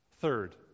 Third